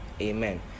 amen